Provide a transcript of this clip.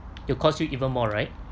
it'll cost you even more right